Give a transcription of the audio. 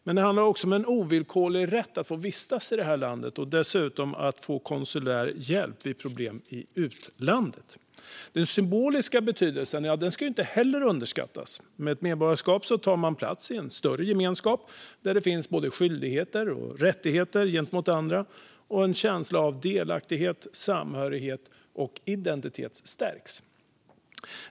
Men det handlar också om en ovillkorlig rätt att få vistas i landet och dessutom få konsulär hjälp vid problem i utlandet. Den symboliska betydelsen ska inte heller underskattas. Med ett medborgarskap tar man plats i en större gemenskap där det finns skyldigheter och rättigheter gentemot andra och en känsla av delaktighet, samhörighet och stärkt identitet.